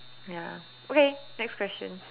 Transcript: ya okay next question